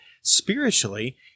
spiritually